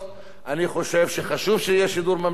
אני חושב שחשוב שיהיה שידור ממלכתי,